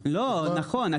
לא, נכון.